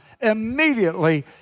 Immediately